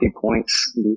points